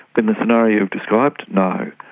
in the scenario described, no.